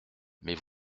mais